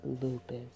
lupus